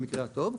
במקרה הטוב.